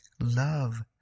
Love